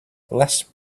less